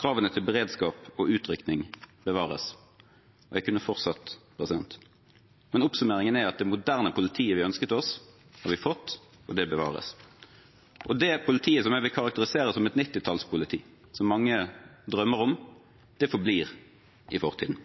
Kravene til beredskap og utrykning bevares. Jeg kunne fortsatt, men oppsummeringen er at det moderne politiet vi ønsket oss, har vi fått, og det bevares. Det politiet som jeg vil karakterisere som et 1990-tallspoliti, som mange drømmer om, forblir i fortiden.